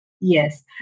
Yes